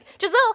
Giselle